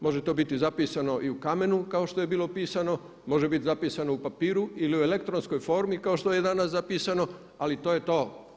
Može to biti zapisano i u kamenu kao što je bilo pisano, može biti zapisano u papiru ili u elektronskoj formi kao što je danas zapisano ali to je to.